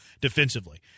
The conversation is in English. defensively